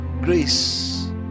Grace